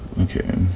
Okay